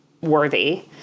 worthy